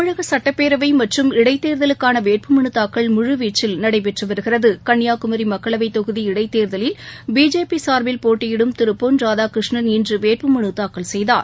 தமிழக சட்டப்பேரவை மற்றும் இடைத்தேர்தலுக்கான வேட்புமனு தாக்கல் முழு வீச்சில் நடைபெற்று வருகிறது கன்னியாகுமரி மக்களவைத்தொகுதி இடைத்தேர்தலில் பிஜேபி சார்பில் போட்டியிடும் திரு பொன்ராதாகிருஷ்ணன் இன்று வேட்புமனு தாக்கல் செய்தார்